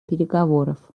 переговоров